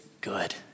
good